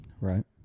right